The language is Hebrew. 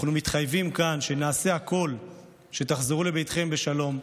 אנחנו מתחייבים כאן שנעשה הכול כדי שתחזרו לביתכם בשלום.